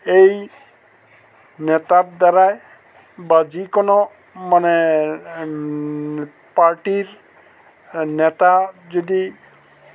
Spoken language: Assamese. এই নেতাৰ দ্বাৰাই বা যিকোনো মানে পাৰ্টীৰ নেতা যদি